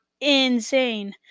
insane